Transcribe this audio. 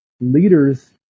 leaders